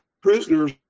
prisoners